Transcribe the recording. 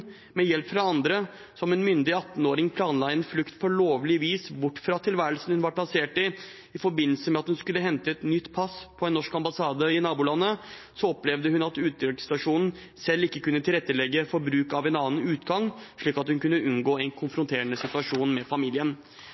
med hjelp fra andre, som en myndig 18-åring planla en flukt på lovlig vis bort fra tilværelsen hun var plassert i, i forbindelse med at hun skulle hente et nytt pass på en norsk ambassade i nabolandet, opplevde hun at utenriksstasjonen ikke kunne tilrettelegge for bruk av en annen utgang, slik at hun kunne unngå en konfronterende situasjon med familien.